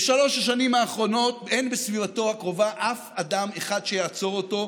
בשלוש השנים האחרונות אין בסביבתו הקרובה אף אדם אחד שיעצור אותו.